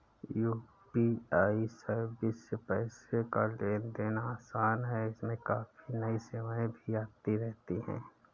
UPI service से पैसे का लेन देन आसान है इसमें काफी नई सेवाएं भी आती रहती हैं